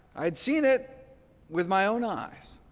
i had seen it with my own eyes.